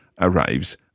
arrives